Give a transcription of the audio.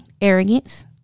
arrogance